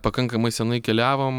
pakankamai senai keliavom